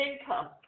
income